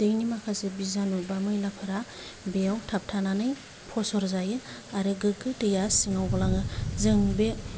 दैनि माखासे बिजानु बा मैलाफोरा बेयाव थाबथानानै फसरजायो आरो गोगो दैया सिङाव गलाङो जों बे